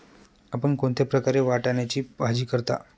आपण कोणत्या प्रकारे वाटाण्याची भाजी करता?